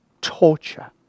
torture